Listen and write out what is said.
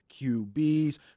QBs